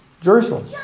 Jerusalem